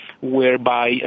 whereby